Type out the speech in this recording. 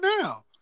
now